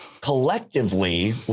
Collectively